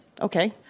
Okay